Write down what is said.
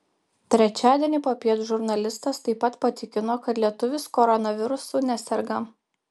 trečiadienį popiet žurnalistas taip pat patikino kad lietuvis koronavirusu neserga